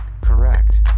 correct